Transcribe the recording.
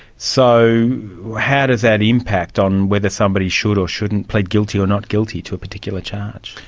so how does that impact on whether somebody should or shouldn't plead guilty or not guilty to a particular charge?